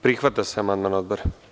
Prihvata se amandman Odbora.